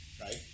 right